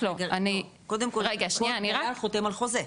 לו --- קודם כל הוא רק חותם על חוזה.